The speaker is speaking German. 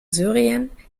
syrien